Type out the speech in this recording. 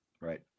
Right